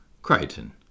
Crichton